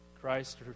Christ